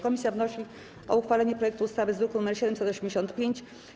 Komisja wnosi o uchwalenie projektu ustawy z druku nr 785.